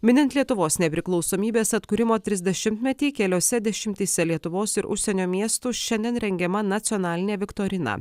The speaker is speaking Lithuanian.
minint lietuvos nepriklausomybės atkūrimo trisdešimtmetį keliose dešimtyse lietuvos ir užsienio miestų šiandien rengiama nacionalinė viktorina